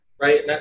Right